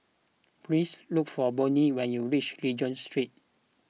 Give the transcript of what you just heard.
please look for Bonny when you reach Regent Street